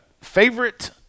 Favorite